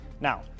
Now